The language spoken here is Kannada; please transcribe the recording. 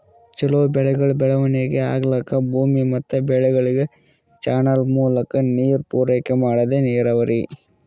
ಛಲೋ ಬೆಳೆಗಳ್ ಬೆಳವಣಿಗಿ ಆಗ್ಲಕ್ಕ ಭೂಮಿ ಮತ್ ಬೆಳೆಗಳಿಗ್ ಚಾನಲ್ ಮೂಲಕಾ ನೀರ್ ಪೂರೈಕೆ ಮಾಡದೇ ನೀರಾವರಿ